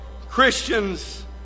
Christians